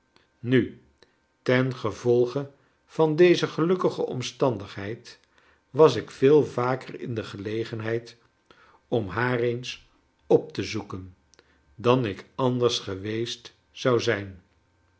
nu tengevolge van deze gehzkkige omstandigheid was ik veel vaker in de gelegenheid om haar eens op te zoeken dan ik anders geweest zou zijn